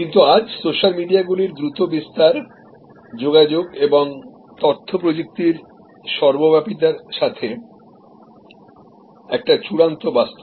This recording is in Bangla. কিন্তু আজ সোশ্যাল মিডিয়াগুলির দ্রুত বিস্তার সর্বব্যাপী যোগাযোগ এবং তথ্য প্রযুক্তি একটি চূড়ান্ত বাস্তব